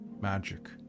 magic